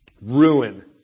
Ruin